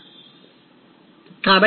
43